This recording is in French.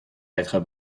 d’être